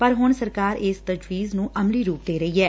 ਪਰ ਹੁਣ ਸਰਕਾਰ ਇਸ ਤਜਵੀਜ਼ ਨੂੰ ਅਮਲੀ ਰੁਪ ਦੇ ਰਹੀ ਐ